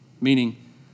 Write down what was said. meaning